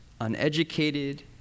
uneducated